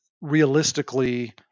realistically